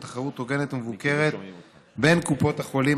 תחרות הוגנת ומבוקרת בין קופות החולים),